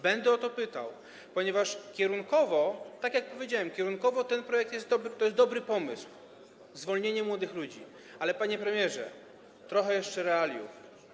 Będę o to pytał, ponieważ kierunkowo, tak jak powiedziałem, ten projekt to jest dobry pomysł - zwolnienie młodych ludzi - ale panie premierze, trochę jeszcze realiów.